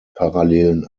parallelen